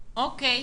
שלה.